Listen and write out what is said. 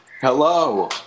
hello